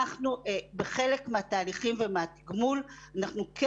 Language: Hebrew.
בחלק מהתהליכים ומהתגמול אנחנו כן